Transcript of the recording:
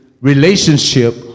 relationship